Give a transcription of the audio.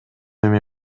эми